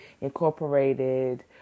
incorporated